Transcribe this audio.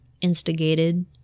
instigated